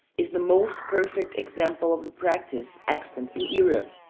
is the most perfect example of the practice extant in europe.